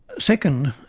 second,